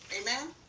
amen